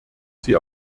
sie